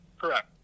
Correct